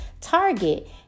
Target